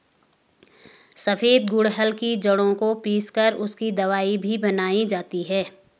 सफेद गुड़हल की जड़ों को पीस कर उसकी दवाई भी बनाई जाती है